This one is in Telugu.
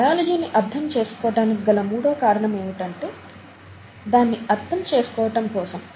బయాలజీ ని అర్థం చేసుకోటానికి గల మూడో కారణం ఏమిటంటే దాన్ని అర్థం చేసుకోవటం కోసం